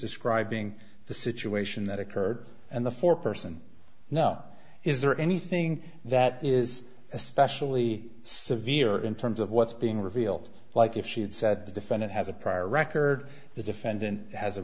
describing the situation that occurred and the foreperson now is there anything that is especially severe in terms of what's being revealed like if she had said the defendant has a prior record the defendant has a